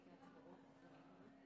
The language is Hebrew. אדוני היושב-ראש,